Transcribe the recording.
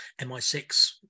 mi6